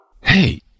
Hey